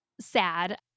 sad